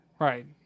Right